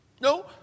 no